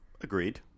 agreed